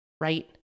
right